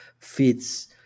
Fits